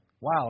Wow